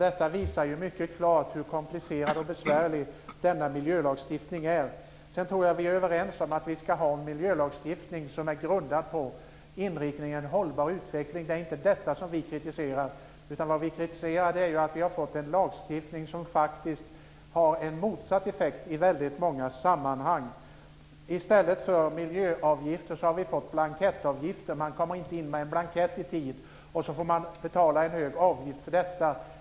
Detta visar mycket klart hur komplicerad och besvärlig denna miljölagstiftning är. Sedan tror jag att vi är överens om att vi ska ha en miljölagstiftning som är grundad på inriktningen om en hållbar utveckling. Det är inte det som vi kritiserar. Vad vi kritiserar är att vi har fått en lagstiftning som faktiskt har en motsatt effekt i väldigt många sammanhang. I stället för miljöavgifter har vi fått blankettavgifter. Man kommer inte in med en blankett i tid och så får man betala en hög avgift för detta.